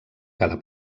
cada